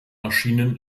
erschienen